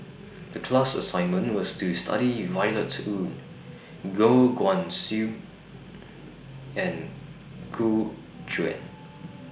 The class assignment was to study about Violet Oon Goh Guan Siew and Gu Juan